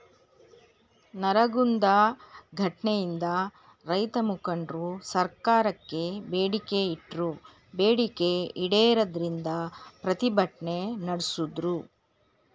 ನರಗುಂದ ಘಟ್ನೆಯಿಂದ ರೈತಮುಖಂಡ್ರು ಸರ್ಕಾರಕ್ಕೆ ಬೇಡಿಕೆ ಇಟ್ರು ಬೇಡಿಕೆ ಈಡೇರದಿಂದ ಪ್ರತಿಭಟ್ನೆ ನಡ್ಸುದ್ರು